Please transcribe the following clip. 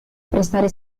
prestare